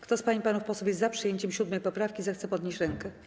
Kto z pań i panów posłów jest za przyjęciem 8. poprawki, zechce podnieść rękę.